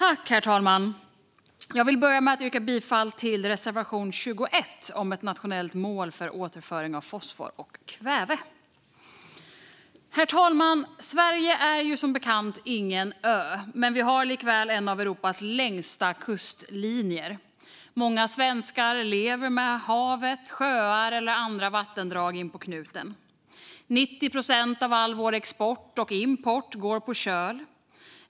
Herr talman! Jag vill börja med att yrka bifall till reservation 21 om ett nationellt mål för återföring av fosfor och kväve. Herr talman! Sverige är som bekant ingen ö, men vi har likväl en av Europas längsta kustlinjer. Många svenskar lever med havet, sjöar eller andra vattendrag inpå knutarna. 90 procent av all vår export och import går på köl.